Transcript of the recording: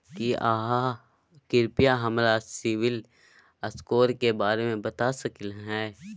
की आहाँ कृपया हमरा सिबिल स्कोर के बारे में बता सकलियै हन?